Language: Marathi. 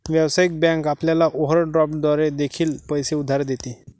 व्यावसायिक बँक आपल्याला ओव्हरड्राफ्ट द्वारे देखील पैसे उधार देते